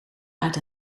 uit